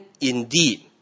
indeed